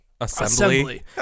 Assembly